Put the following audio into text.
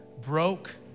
broke